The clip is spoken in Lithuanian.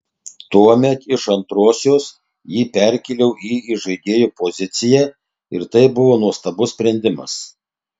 tuomet iš antrosios jį perkėliau į įžaidėjo poziciją ir tai buvo nuostabus sprendimas